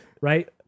right